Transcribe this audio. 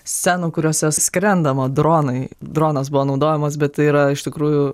scenų kuriose skrendama dronai dronas buvo naudojamas bet tai yra iš tikrųjų